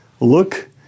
look